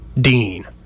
Dean